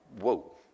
Whoa